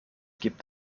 gibt